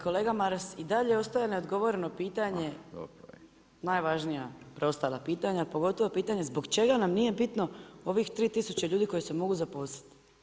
Kolega Maras, i dalje ostaje neodgovoreno pitanje, najvažnija preostala pitanja, pogotovo pitanja, zbog čega nam nije bitno ovih 3000 ljudi koji se mogu zaposliti?